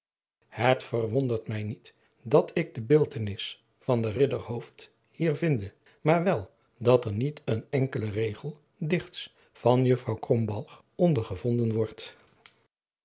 het verwondert mij niet dat ik de beeldtenis van den ridder hooft hier vinde maar wel dat er niet een enkele regel dichts van juffrouw krombalg onder gevonden wordt